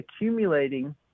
accumulating